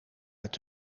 uit